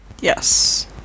Yes